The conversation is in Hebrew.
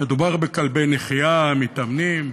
מדובר בכלבי נחייה מתאמנים,